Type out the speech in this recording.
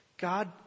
God